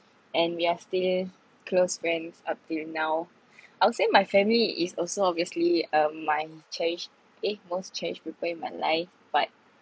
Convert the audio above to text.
and we are still close friends up till now I would say my family is also obviously um my cherish eh most cherished people in my life but